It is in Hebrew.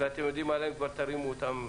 ואתם כבר יודעים עליהם תביאו אותם,